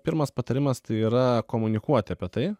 pirmas patarimas tai yra komunikuoti apie tai